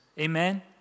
Amen